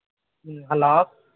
ꯍꯥꯎ